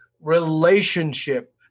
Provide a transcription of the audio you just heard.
relationship